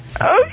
okay